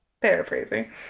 Paraphrasing